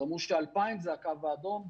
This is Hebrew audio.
אז אמרו ש-2,000 זה הקו האדום,